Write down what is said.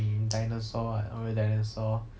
mm dinosaur ah oreo dinosaur